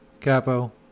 Capo